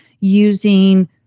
using